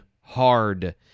hard